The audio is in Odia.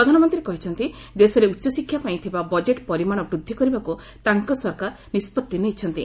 ପ୍ରଧାନମନ୍ତ୍ରୀ କହିଛନ୍ତି ଦେଶରେ ଉଚ୍ଚଶିକ୍ଷାପାଇଁ ଥିବା ବଜେଟ୍ ପରିମାଣ ବୃଦ୍ଧି କରିବାକୁ ତାଙ୍କ ସରକାର ନିଷ୍ପଭି ନେଇଛନ୍ତି